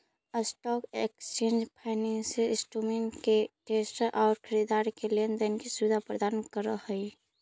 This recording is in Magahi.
स्टॉक एक्सचेंज फाइनेंसियल इंस्ट्रूमेंट के ट्रेडर्स आउ खरीदार के लेन देन के सुविधा प्रदान करऽ हइ